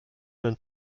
und